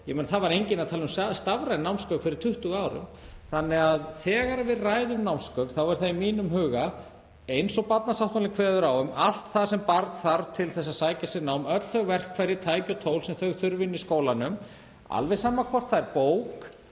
námsgögn. Það var enginn að tala um stafræn námsgögn fyrir 20 árum. Þannig að þegar við ræðum námsgögn þá eru þau í mínum huga, eins og barnasáttmálinn kveður á um, allt það sem barn þarf til að sækja sér nám, öll þau verkfæri, tæki og tól sem það þarf í skólanum, alveg sama hvort það er bók,